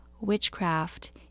witchcraft